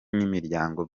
n’imiryango